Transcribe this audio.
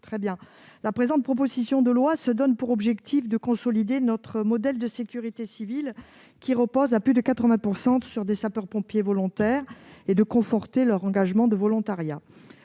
Doineau. La présente proposition de loi se donne pour objectif de consolider notre modèle de sécurité civile, qui repose à plus de 80 % sur des sapeurs-pompiers volontaires, et de conforter leur engagement de volontariat.